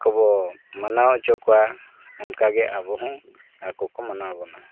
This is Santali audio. ᱠᱚᱵᱚ ᱢᱟᱱᱟᱣ ᱦᱚᱪᱚ ᱠᱚᱣᱟ ᱚᱱᱠᱟ ᱜᱮ ᱟᱵᱚ ᱦᱚᱸ ᱟᱠᱚ ᱠᱚ ᱢᱟᱱᱟᱣ ᱵᱚᱱᱟ